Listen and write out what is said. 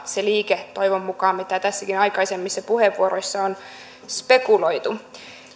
se liike toivon mukaan on tietenkin molemminpuolista mitä tässäkin aikaisemmissa puheenvuoroissa on spekuloitu